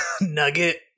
nugget